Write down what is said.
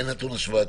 אז אין נתון השוואתי.